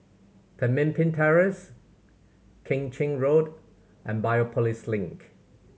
Pemimpin Terrace Keng Chin Road and Biopolis Link